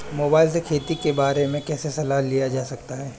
Mobile से खेती के बारे कैसे सलाह लिया जा सकता है?